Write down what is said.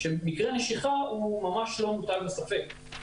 מקרה נשיכה לא מוטל בספק,